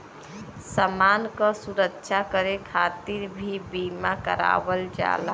समान क सुरक्षा करे खातिर भी बीमा करावल जाला